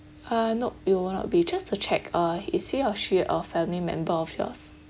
uh nope you will not be just to check uh is he or she a family member of yours